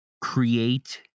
create